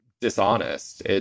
dishonest